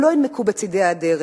הם לא יימקו בצדי הדרך,